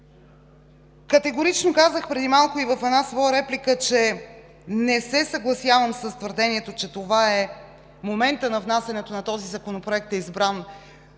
Категорично казах преди малко и в една своя реплика, че не се съгласявам с твърдението, че моментът на внасянето на този законопроект е избран,